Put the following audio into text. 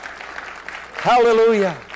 Hallelujah